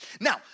Now